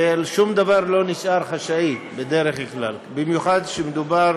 ושום דבר לא נשאר חשאי, בדרך כלל, במיוחד כשמדובר